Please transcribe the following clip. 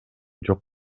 жок